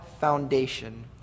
foundation